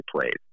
played